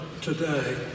today